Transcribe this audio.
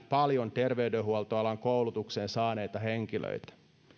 paljon terveydenhuoltoalan koulutuksen saaneita henkilöitä